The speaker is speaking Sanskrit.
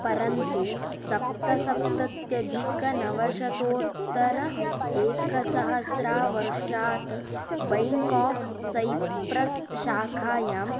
परन्तु सप्तसप्तत्यधिकनवशतोतर एकसहस्रवर्षात् बैङ्क् आफ़् सैप्रस् शाखायां